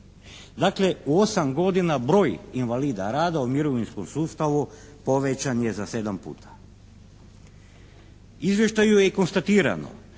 Dakle u 8 godina broj invalida rada u mirovinskom sustavu povećan je za 7 puta. U izvještaju je i konstatirano